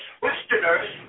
Westerners